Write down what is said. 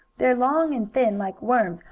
they're long and thin, like worms,